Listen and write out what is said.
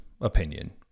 opinion